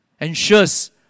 ensures